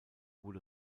wurde